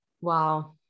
Wow